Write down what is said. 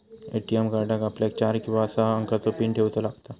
ATM कार्डाक आपल्याक चार किंवा सहा अंकाचो पीन ठेऊचो लागता